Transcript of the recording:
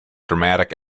dramatic